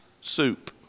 soup